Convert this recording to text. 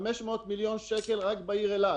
500 מיליון שקל רק בעיר אילת.